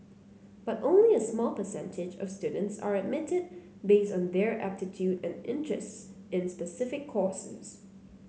but only a small percentage of students are admitted based on their aptitude and interests in specific